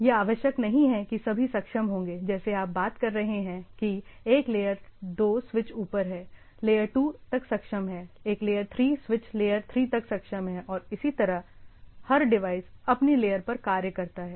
यह आवश्यक नहीं है कि सभी सक्षम होंगे जैसे आप बात कर रहे हैं कि संदर्भ समय 2040 एक लेयर 2 स्विच ऊपर है लेयर 2 तक सक्षम है एक लेयर 3 स्विच लेयर 3 तक सक्षम है और इसी तरह हर डिवाइस अपनी लेयर पर कार्य करता है